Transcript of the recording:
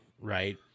right